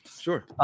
Sure